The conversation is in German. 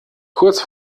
kurz